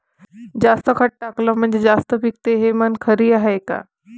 जास्त खत टाकलं म्हनजे जास्त पिकते हे म्हन खरी हाये का?